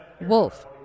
wolf